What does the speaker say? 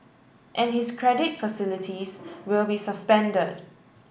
and his credit facilities will be suspended